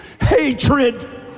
hatred